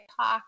talk